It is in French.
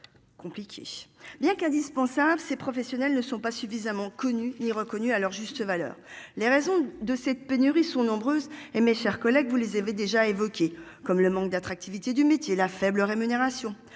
bien qu'indispensable. Ces professionnels ne sont pas suffisamment connus et reconnus à leur juste valeur les raisons de cette pénurie sont nombreuses et mes chers collègues, vous les avez déjà évoqué comme le manque d'attractivité du métier, la faible rémunération,